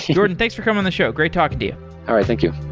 jordon, thanks for coming on the show. great talking to you all right, thank you